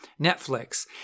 Netflix